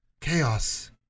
chaos